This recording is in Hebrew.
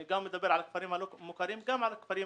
אני מדבר גם על הכפרים הלא מוכרים וגם על הכפרים